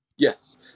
Yes